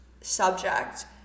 subject